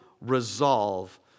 resolve